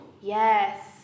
Yes